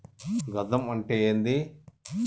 గజం అంటే ఏంది?